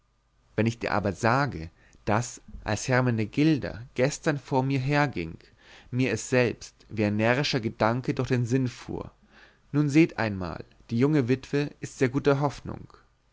wenn ich dir aber sage daß als hermenegilda gestern vor mir herging mir es selbst wie ein närrischer gedanke durch den sinn fuhr nun seht einmal die junge witwe ist ja guter hoffnung